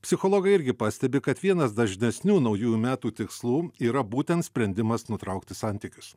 psichologai irgi pastebi kad vienas dažnesnių naujųjų metų tikslų yra būtent sprendimas nutraukti santykius